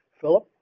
Philip